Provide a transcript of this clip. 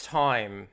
time